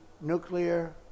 nuclear